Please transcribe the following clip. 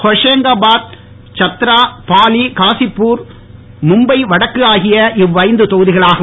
ஹோஷங்காபாத் சத்ரா பாலி காசிப்புர் மும்பை வடக்கு ஆகியன இவ்வைந்து தொகுதிகளாகும்